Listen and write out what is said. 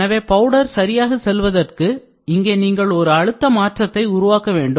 எனவே பவுடர் சரியாக செல்வதற்கு இங்கே நீங்கள் ஒரு அழுத்த மாற்றத்தை உருவாக்க வேண்டும்